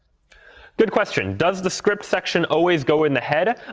good question, does the script section always go in the head?